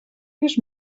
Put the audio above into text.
vist